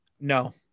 No